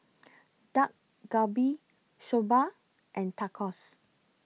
Dak Galbi Soba and Tacos